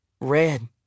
Red